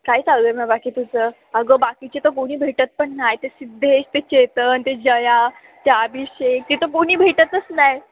काय चालू आहे मग बाकी तुझं अगं बाकीचे तर कुणी भेटत पण नाही ते सिद्धेश ते चेतन ते जया त्या आभिषेक ते तर कोणी भेटतच नाही